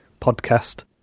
podcast